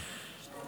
כן?